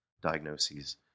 diagnoses